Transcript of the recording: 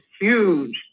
huge